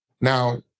Now